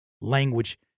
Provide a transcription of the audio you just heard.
language